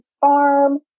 farm